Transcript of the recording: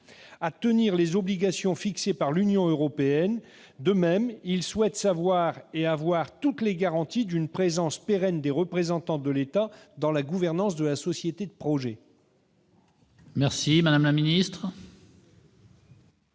à respecter les obligations fixées par l'Union européenne. De même, ils souhaitent avoir toutes les garanties d'une présence pérenne des représentants de l'État dans la gouvernance de la société de projet.